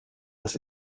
das